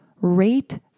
rate